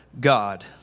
God